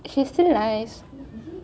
she is still nice